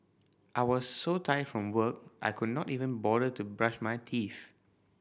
I was so tired from work I could not even bother to brush my teeth